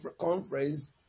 conference